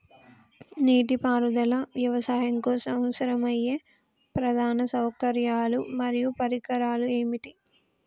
నీటిపారుదల వ్యవసాయం కోసం అవసరమయ్యే ప్రధాన సౌకర్యాలు మరియు పరికరాలు ఏమిటి?